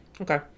Okay